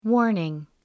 Warning